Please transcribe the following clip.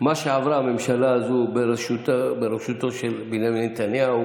שמה שעברה הממשלה הזאת בראשותו של בנימין נתניהו